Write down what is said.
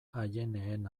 aieneen